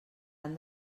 han